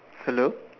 hello